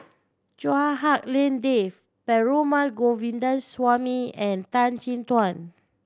Chua Hak Lien Dave Perumal Govindaswamy and Tan Chin Tuan